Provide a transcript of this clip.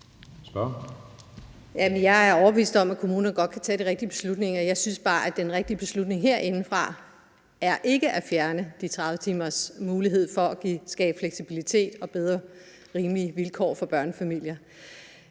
Jeg er overbevist om, at kommunerne godt kan tage de rigtige beslutninger. Jeg synes bare, at den rigtige beslutning herindefra ikke er at fjerne de 30 timer og muligheden for at skabe fleksibilitet og bedre, rimelige vilkår for børnefamilierne.